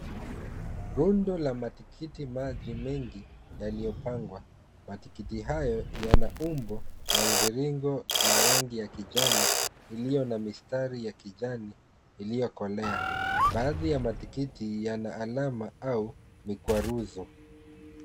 Runda la matikiti maji mengi yaliyopangwa. Matikiti hayo yana umbo ya mviringo na rangi ya kijani iliyo na mistari ya kijani iliyokolea. Baadhi ya matikiti yana alama au migwaruzo.